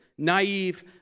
naive